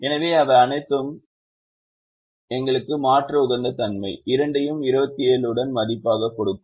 எனவே அவை அனைத்தும் எங்களுக்கு மாற்று உகந்த தன்மை இரண்டையும் 27 உடன் மதிப்பாகக் கொடுக்கும்